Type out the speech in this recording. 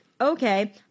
Okay